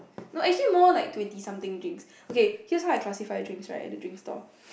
no actually more like twenty something drinks okay here's how I classify drinks at the drinks' stall